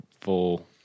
full